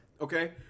Okay